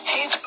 Hey